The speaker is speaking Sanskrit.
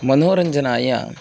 मनोरञ्जनाय